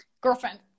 girlfriend